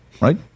right